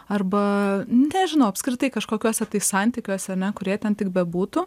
arba nežinau apskritai kažkokiuose tai santykiuose ane kurie ten tik bebūtų